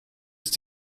ist